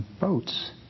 boats